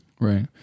Right